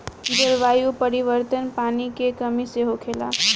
जलवायु परिवर्तन, पानी के कमी से होखेला